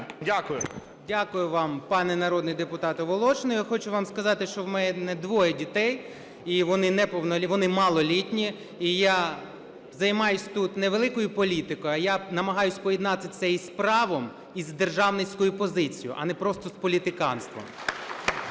О.С. Дякую вам, пане народний депутате Волошин. Я хочу вам сказати, що в мене двоє дітей, і вони малолітні. І я займаюсь тут не великою політикою, а я намагаюсь поєднати це і з правом, і з державницькою позицією, а не просто з політиканством.